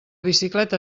bicicleta